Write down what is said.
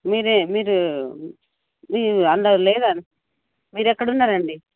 మీరే మీరు మీ అందరు లేరా మీరెక్కడున్నారండి